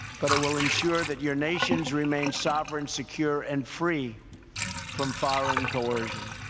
but it will ensure that your nations remain sovereign, secure, and free from foreign coercion.